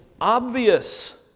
obvious